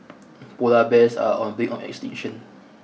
polar bears are on brink of extinction